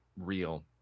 real